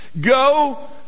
Go